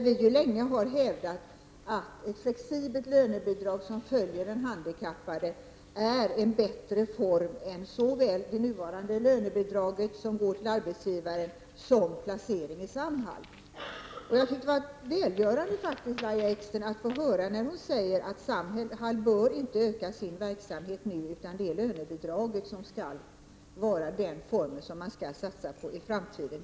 Vi har länge hävdat att ett flexibelt lönebidrag som följer den handikappade är en bättre form av bidrag än såväl det nuvarande lönebidraget, som går till arbetsgivaren, som placering i Samhall. Det var faktiskt välgörande att höra Lahja Exner säga att Samhall inte bör öka sin verksamhet, utan att det är lönebidrag som är den form som hon vill satsa på i framtiden.